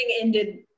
ended